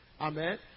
Amen